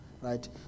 Right